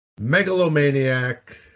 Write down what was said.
megalomaniac